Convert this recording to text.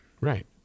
Right